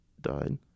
died